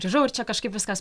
grįžau ir čia kažkaip viskas